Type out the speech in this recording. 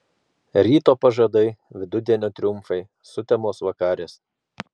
ryto pažadai vidudienio triumfai sutemos vakarės